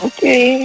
Okay